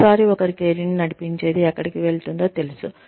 ఒకసారి ఒకరి కెరీర్ను నడిపించేది ఎక్కడికి వెళుతుందో తెలుసు